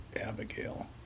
Abigail